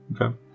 okay